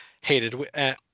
hated